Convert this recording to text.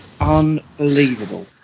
unbelievable